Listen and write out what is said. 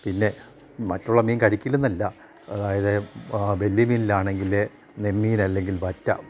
പിന്നെ മറ്റുള്ള മീൻ കഴിക്കില്ലെന്നല്ല അതായത് വലിയ മീനിലാണെങ്കിൽ നെമ്മീൻ അല്ലെങ്കിൽ വറ്റ